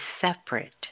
separate